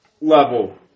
level